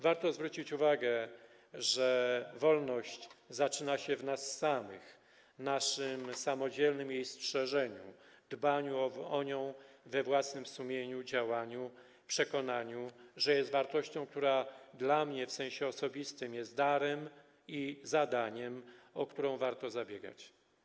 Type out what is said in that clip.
Warto zwrócić uwagę, że wolność zaczyna się w nas samych, polega na naszym samodzielnym jej strzeżeniu, dbaniu o nią we własnym sumieniu, działaniu, przekonaniu, że jest wartością, która dla mnie w sensie osobistym jest darem i zadaniem, o którą warto zabiegać.